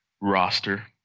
roster